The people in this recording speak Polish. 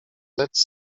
lecz